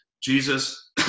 Jesus